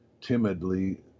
timidly